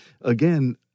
again